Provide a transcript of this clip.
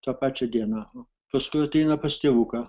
tą pačią dieną o paskui ateina pas tėvuką